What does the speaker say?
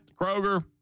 Kroger